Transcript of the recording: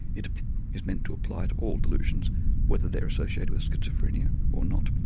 it is meant to apply to all delusions whether they are associated with schizophrenia or not.